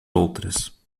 outras